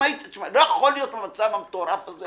תשמעו, לא יכול להיות המצב המטורף הזה.